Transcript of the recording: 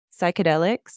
psychedelics